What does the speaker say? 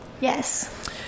Yes